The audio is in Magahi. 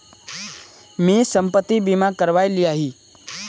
मी संपत्ति बीमा करवाए लियाही